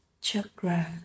chakra